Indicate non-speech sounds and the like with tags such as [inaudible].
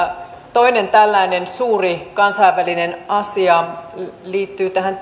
toinen tällainen suuri kansainvälinen asia liittyy tähän [unintelligible]